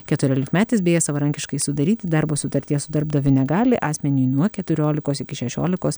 keturiolikmetis beje savarankiškai sudaryti darbo sutarties su darbdaviu negali asmeniui nuo keturiolikos iki šešiolikos